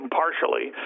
partially